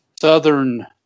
southern